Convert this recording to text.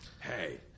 Hey